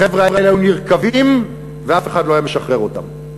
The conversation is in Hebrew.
החבר'ה האלה היו נרקבים ואף אחד לא היה משחרר אותם.